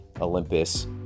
Olympus